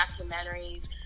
documentaries